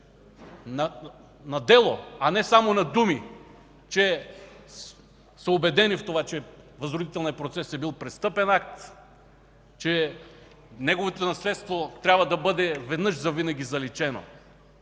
на дело, а не само на думи, че са убедени в това, че възродителният процес е бил престъпен акт, че неговото наследство трябва да бъде веднъж-завинаги заличено.